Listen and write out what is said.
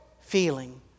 feeling